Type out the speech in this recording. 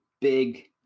big